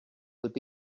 would